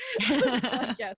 yes